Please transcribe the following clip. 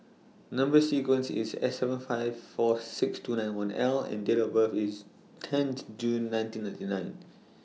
Number sequence IS S seven five four six two nine one L and Date of birth IS tenth June nineteen ninety nine